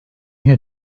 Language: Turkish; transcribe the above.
yine